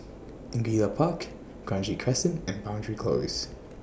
Angullia Park Kranji Crescent and Boundary Close